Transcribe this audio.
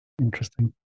Interesting